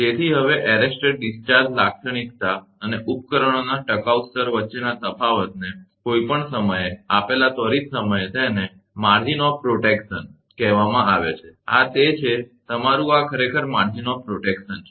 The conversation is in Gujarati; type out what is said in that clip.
તેથી હવે એરેસ્ટર ડિસ્ચાર્જ લાક્ષણિકતા અને ઉપકરણોના ટકાઉ સ્તર વચ્ચેના તફાવતને કોઈપણ સમયે આપેલા ત્વરિત સમયે તેને માર્જિન ઓફ પ્રોટેકશન રક્ષણનો ગાળો કહેવામાં આવે છે અને આ તે છે તમારું આ ખરેખર માર્જિન ઓફ પ્રોટેકશન છે